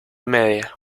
media